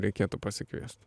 reikėtų pasikviest